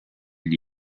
gli